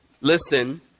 Listen